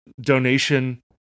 donation